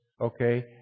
Okay